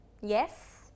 yes